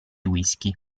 whisky